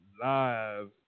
live